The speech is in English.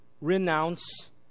renounce